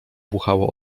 buchało